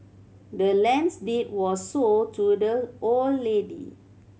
the land's deed was sold to the old lady